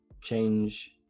change